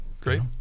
Great